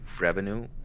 revenue